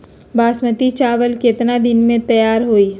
बासमती चावल केतना दिन में तयार होई?